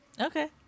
Okay